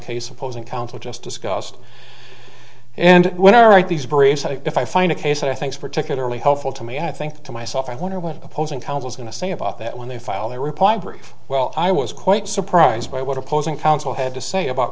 case opposing counsel just discussed and when i write these brief said if i find a case i think particularly helpful to me i think to myself i wonder what opposing counsel is going to say about that when they file their reply brief well i was quite surprised by what opposing counsel had to say about